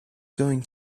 going